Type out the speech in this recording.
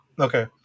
Okay